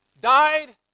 died